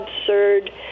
Absurd